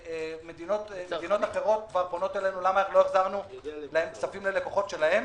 מדינות אחרות כבר פונות אלינו למה לא החזרנו כספים ללקוחות שלהם.